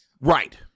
Right